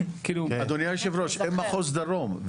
אדוני יושב הראש, הם מחוז דרום.